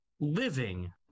living